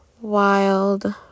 wild